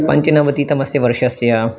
पञ्चनवतितमस्य वर्षस्य